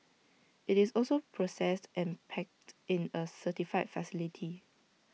IT is also processed and packed in A certified facility